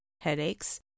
headaches